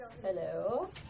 Hello